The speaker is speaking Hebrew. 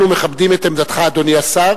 אנחנו מכבדים את עמדתך, אדוני השר.